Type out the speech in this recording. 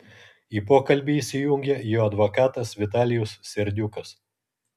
į pokalbį įsijungė jo advokatas vitalijus serdiukas